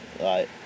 Right